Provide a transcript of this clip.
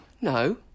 no